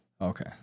Okay